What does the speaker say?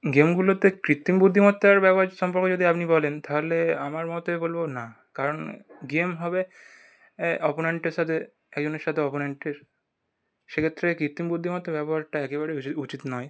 গেমগুলোতে কৃত্রিম বুদ্ধিমত্তার ব্যবহার সম্পর্কে যদি আপনি বলেন তাহলে আমার মতে বলবো না কারণ গেম হবে অপনেন্টের সাথে একজনের সাথে অপনেন্টের সে ক্ষেত্রে কৃত্রিম বুদ্ধিমত্তার ব্যবহারটা একেবারে বেশি উচিত নয়